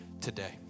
today